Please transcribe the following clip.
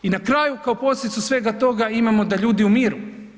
I na kraju kao posljedicu svega toga imamo da ljudi umiru.